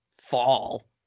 fall